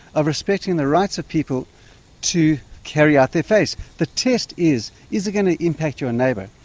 of respecting the rights of people to carry out their faiths. the test is, is it going to impact your neighbour?